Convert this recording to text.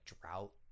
drought